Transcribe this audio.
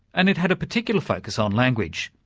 and it had a particular focus on language.